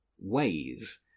ways